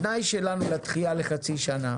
התנאי שלנו לדחייה בחצי שנה